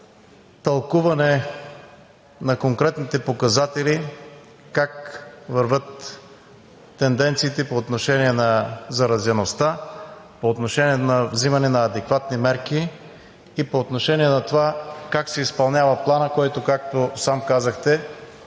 тълкуване на конкретните показатели как вървят тенденциите по отношение на заразяемостта, по отношение на взимане на адекватни мерки и по отношение на това как се изпълнява Планът, който, както сам казахте,